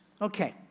Okay